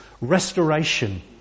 restoration